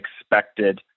expected